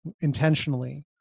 intentionally